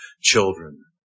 children